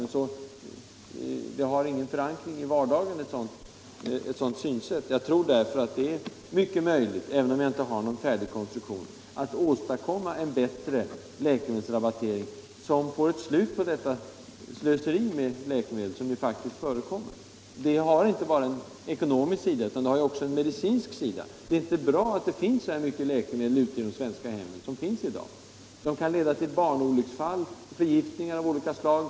Ett sådant synsätt har ingen förankring i vardagen. Även om jag inte har någon färdig konstruktion, tror jag att det är möjligt att åstadkomma en bättre läkemedelsrabattering som gör slut på det slöseri med läkemedel som nu faktiskt förekommer. Problemet har inte bara en ekonomisk sida utan även en medicinsk. Det är inte bra att det finns så mycket läkemedel i de svenska hemmen. De kan leda till barnolycksfall och förgiftningar av olika slag.